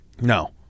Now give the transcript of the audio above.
no